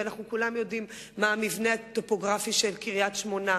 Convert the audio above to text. אנחנו כולם יודעים מה המבנה הטופוגרפי של קריית-שמונה,